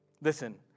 Listen